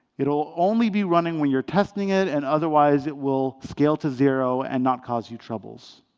it will only be running when you're testing it, and otherwise, it will scale to zero and not cause you troubles.